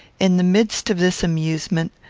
in the midst of this amusement,